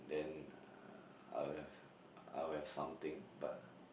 then uh I would have I would have something bah